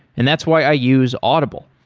and that's why i use audible.